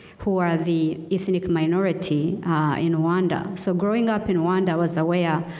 who are the ethnic minority in rowanda. so growing up in rowanda was where,